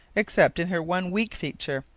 except in her one weak feature,